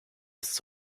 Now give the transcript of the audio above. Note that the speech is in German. ist